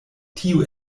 tio